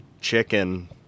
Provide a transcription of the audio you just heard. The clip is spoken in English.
chicken